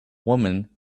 woman